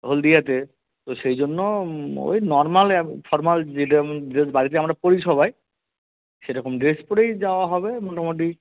হলদিয়াতে তো সেই জন্য ওই নর্মাল ফর্মাল যেটা আপনি ড্রেস বাড়িতে আমরা পরি সবাই সেরকম ড্রেস পরেই যাওয়া হবে মোটামুটি